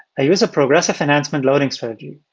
i use a progressive enhancement loading strategy.